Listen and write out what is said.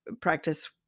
practice